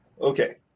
Okay